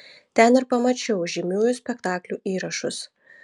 ten ir pamačiau žymiųjų spektaklių įrašus